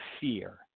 fear